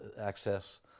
access